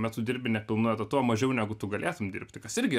metu dirbi nepilnu etatu o mažiau negu tu galėtum dirbti kas irgi